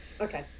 Okay